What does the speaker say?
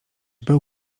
był